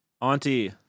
auntie